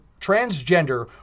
transgender